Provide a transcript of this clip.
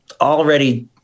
already